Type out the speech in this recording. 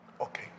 Okay